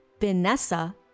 Vanessa